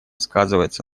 сказывается